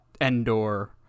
endor